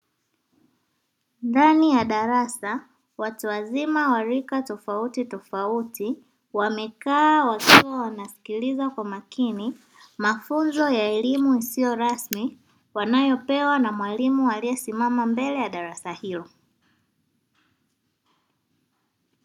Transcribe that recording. Ndani ya darasa watu wazima wa rika tofautitofauti wamekaa wakiwa wanasikiliza kwa makini, mafunzo ya elimu isiyo rasmi wanayopewa na mwalimu aliyesimama mbele ya darasa hilo.